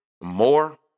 more